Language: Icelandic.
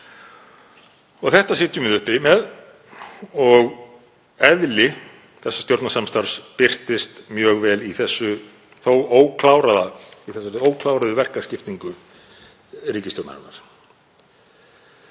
Þetta sitjum við uppi með. Eðli þessa stjórnarsamstarfs birtist mjög vel í þessari ókláruðu verkaskiptingu ríkisstjórnarinnar